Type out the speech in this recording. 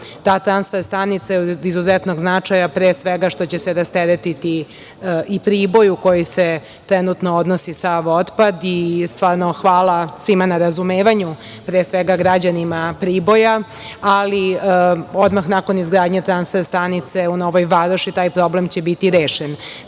transfer stanica je od izuzetnog značaja, pre svega što će se rasteretiti i Priboj u koji se trenutno odnosi sav otpad, i stvarno hvala svima na razumevanju, pre svega građanima Priboja, ali odmah nakon izgradnje transfer stanice, u Novoj Varoši, taj problem će biti